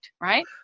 right